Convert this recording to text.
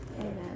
Amen